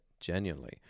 genuinely